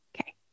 Okay